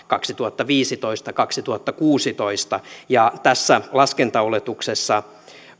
kaksituhattaviisitoista viiva kaksituhattakuusitoista ja tässä laskentaoletuksessa